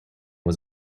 was